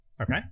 Okay